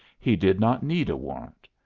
he did not need a warrant.